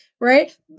right